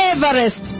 Everest